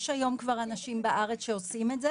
כבר יש היום אנשים בארץ שעושים את זה.